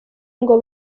ngo